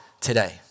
today